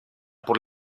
por